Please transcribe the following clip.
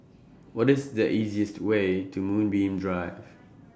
What IS The easiest Way to Moonbeam Drive